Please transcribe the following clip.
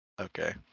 Okay